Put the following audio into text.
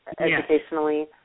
educationally